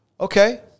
Okay